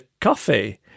coffee